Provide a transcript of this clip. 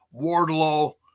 Wardlow